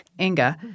Inga